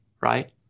right